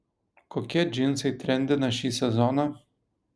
kokie džinsai trendina šį sezoną